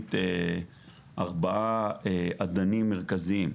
לתוכנית ארבעה אדנים מרכזים: